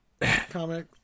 comic